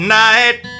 night